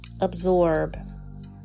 absorb